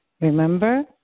remember